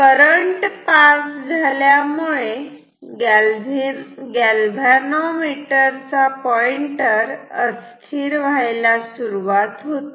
current pass झाल्यामुळे galvanometer चा pointer अस्थिर व्हायला सुरुवात होते